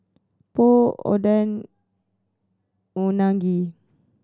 Pho Oden Unagi